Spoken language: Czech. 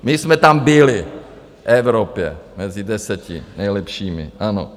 My jsme tam byli v Evropě mezi deseti nejlepšími, ano.